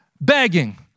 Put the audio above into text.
begging